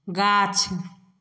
गाछ